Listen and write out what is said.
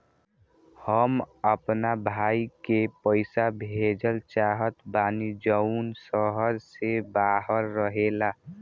हम अपना भाई के पइसा भेजल चाहत बानी जउन शहर से बाहर रहेला